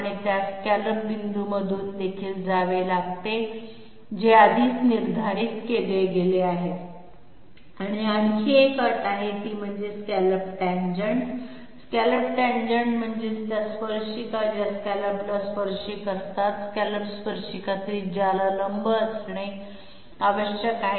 आणि त्यास स्कॅलप बिंदूंमधून देखील जावे लागेल जे आधीच निर्धारित केले गेले आहे आणि आणखी एक अट आहे ती म्हणजे स्कॅलप टॅन्जेंट स्कॅलप टॅन्जेंट म्हणजे त्या स्पर्शिका ज्या स्कॅलपला स्पर्शिक असतात स्कॅलॉप स्पर्शिका त्रिज्याला लंब असणे आवश्यक आहे